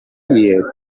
lieti